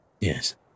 Yes